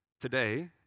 today